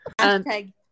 Hashtag